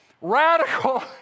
radical